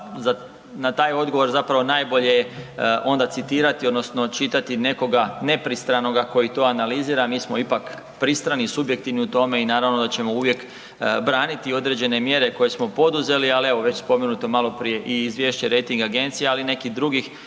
na taj odgovor zapravo najbolje onda citirati odnosno čitati nekoga nepristranoga koji to analizira, mi smo ipak pristrani i subjektivni u tome i naravno da ćemo uvijek braniti određene mjere koje smo poduzeli ali evo, već spomenuto maloprije i izvješće, rejting agencija ali i nekih drugih